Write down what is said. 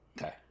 Okay